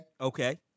Okay